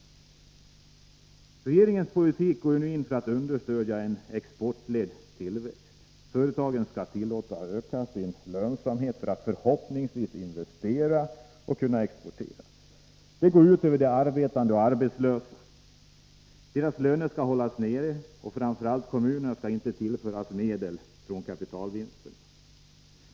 Regeringens politik går ut på att understödja en exportledd tillväxt. Företagen skall tillåtas öka sin lönsamhet för att förhoppningsvis kunna investera och exportera. Det går ut över de arbetande och arbetslösa. Lönerna hålls nere, och framför allt skall kommunerna inte tillföras medel från kapitalvinsterna.